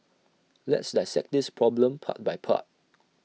let's dissect this problem part by part